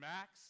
Max